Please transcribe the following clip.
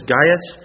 Gaius